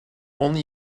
only